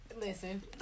listen